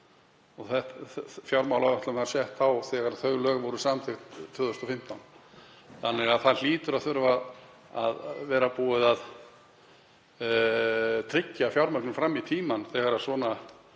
fjármál. Fjármálaáætlun var sett á þegar þau lög voru samþykkt 2015 þannig að það hlýtur að þurfa að vera búið að tryggja fjármögnun fram í tímann þegar svona